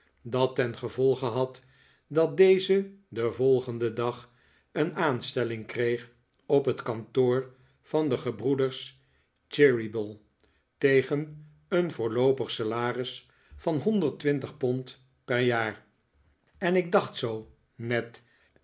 dat ten gevolge had dat deze den volgenden dag een aanstelling kreeg op het kantoor van de gebroeders cheeryble tegeh een voorloopig salaris van honderd twintig pond per jaar en ik dacht zoo ned